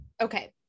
Okay